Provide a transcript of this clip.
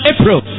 April